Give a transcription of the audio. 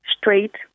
straight